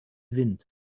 wind